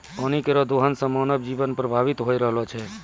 पानी केरो दोहन सें मानव जीवन प्रभावित होय रहलो छै